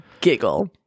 giggle